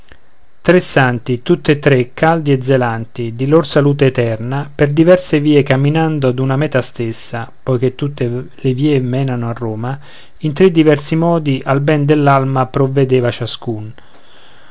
tre santi tutti e tre caldi e zelanti di lor salute eterna per diverse vie camminando ad una mèta stessa poi che tutte le vie menano a roma in tre diversi modi al ben dell'alma provvedeva ciascun